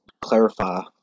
clarify